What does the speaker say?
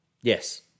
Yes